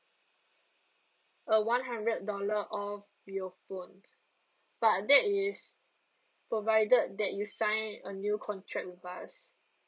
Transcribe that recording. a one hundred dollar off your phone but that is provided that you sign a new contract with us